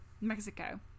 Mexico